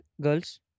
girls